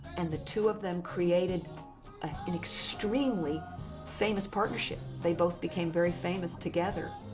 and the two of them created ah an extremely famous partnership. they both became very famous together.